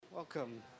Welcome